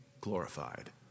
glorified